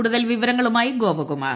കൂടുതൽ വിവരങ്ങളുമായി ഗോപകുമാർ